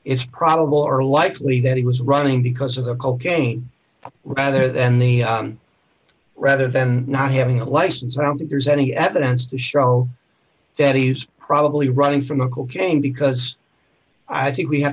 or likely that he was running because of the cocaine rather than the rather than not having a license i don't think there's any evidence to show that he's probably running from a cocaine because i think we have